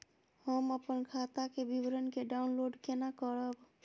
हम अपन खाता के विवरण के डाउनलोड केना करब?